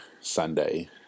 Sunday